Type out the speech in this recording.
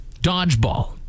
dodgeball